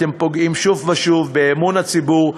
אתם פוגעים שוב ושוב באמון הציבור,